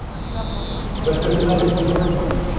but there's another key word there